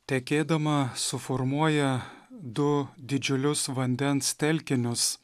tekėdama suformuoja du didžiulius vandens telkinius